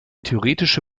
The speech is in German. theoretische